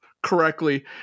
correctly